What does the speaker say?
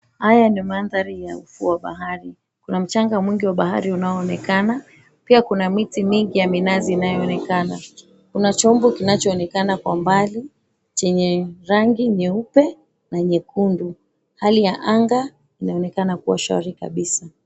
Haya ni mandhari ya ufuo wa bahari .Kuna mchanga mwingi wa bahari unaoonekana. Pia kuna miti mingi ya minazi inayoonekana. Kuna chombo kinachoonekana kwa umbali chenye rangi nyeupe na nyekundu. Hali ya anga inaonekana kuwa shwari kabisa.